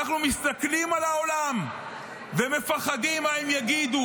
כשאנחנו מסתכלים על העולם ומפחדים מה הם יגידו,